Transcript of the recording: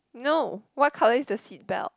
no what colour is the seatbelt